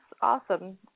awesome